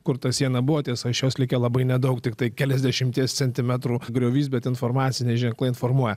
kur ta siena buvo tiesa iš jos likę labai nedaug tiktai keliasdešimties centimetrų griovys bet informaciniai ženklai informuoja